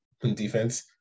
defense